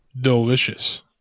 delicious